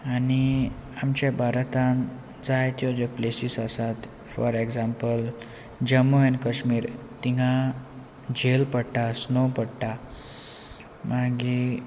आनी आमचे भारतान जायत्यो ज्यो प्लेसीस आसात for example Jammu and Kashmir तिंगा झेल पडटा स्नो पडटा मागीर